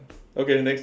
okay next